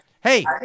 Hey